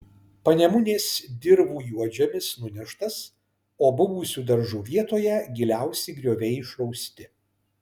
panemunės dirvų juodžemis nuneštas o buvusių daržų vietoje giliausi grioviai išrausti